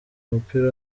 umupira